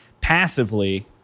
passively